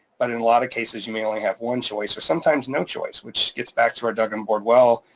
but in a lot of cases, you may only have one choice or sometimes no choice, which gets back to our dug and bored well